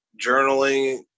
journaling